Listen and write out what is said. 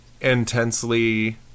intensely